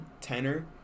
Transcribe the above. tenor